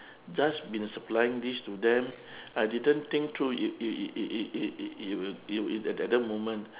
just been supplying this to them I didn't think through it it it it it it it it will it it at at that moment